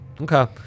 Okay